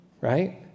Right